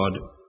God